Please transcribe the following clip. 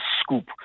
scoop